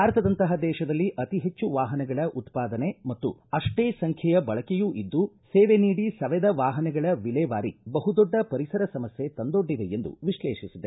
ಭಾರತದಂತಹ ದೇಶದಲ್ಲಿ ಅತೀ ಹೆಚ್ಚು ವಾಹನಗಳ ಉತ್ಪಾದನೆ ಮತ್ತು ಅಷ್ಷೇ ಸಂಖ್ಯೆಯ ಬಳಕೆಯೂ ಇದ್ದು ಸೇವೆ ನೀಡಿ ಸವೆದ ವಾಪನಗಳ ವಿಲೇವಾರಿ ಬಹು ದೊಡ್ಡ ಪರಿಸರ ಸಮಸ್ನೆ ತಂದೊಡ್ಡಿದೆ ಎಂದು ವಿಕ್ಷೇಷಿಸಿದೆ